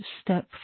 step